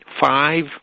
five